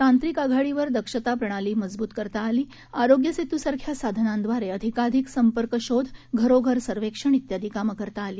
तांत्रिक आघाडीवर दक्षता प्रणाली मजवूत करता आली आरोग्य सेतूसारख्या साधनांद्वारे अधिकाधिक संपर्कशोध घरोघर सर्वेक्षण इत्यादी कामं करता आली